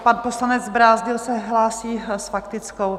Pan poslanec Brázdil se hlásí s faktickou?